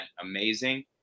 amazing